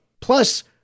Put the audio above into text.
Plus